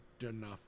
enough